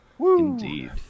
Indeed